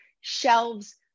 shelves